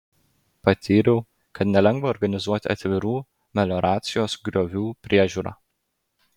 patyriau kad nelengva organizuoti atvirų melioracijos griovių priežiūrą